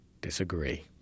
disagree